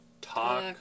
Talk